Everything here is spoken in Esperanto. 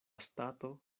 stato